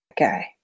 Okay